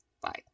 bye